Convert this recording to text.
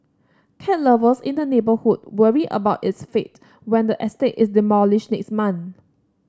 cat lovers in the neighbourhood worry about its fate when the estate is demolished next month